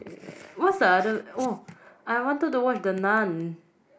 uh what's the other oh I wanted to watch the Nun